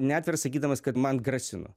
neatviras sakydamas kad man grasino